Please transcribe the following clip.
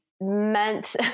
Meant